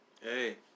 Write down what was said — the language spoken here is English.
Hey